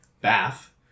bath